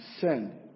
send